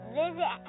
visit